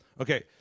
Okay